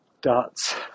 darts